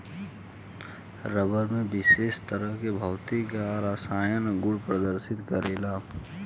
रबड़ में विशेष तरह के भौतिक आ रासायनिक गुड़ प्रदर्शित करेला